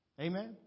Amen